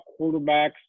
quarterbacks